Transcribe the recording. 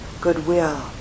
goodwill